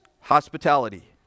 hospitality